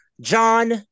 John